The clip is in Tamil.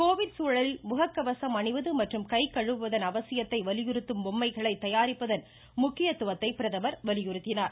கோவிட் சூழலில் முகக்கவசம் அணிவது மற்றும் கை கழுவுவதன் அவசியத்தை வலியுறுத்தும் பொம்மைகளை தயாரிப்பதன் அவசியத்தை பிரதமர் வலியுறுத்தினார்